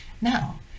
Now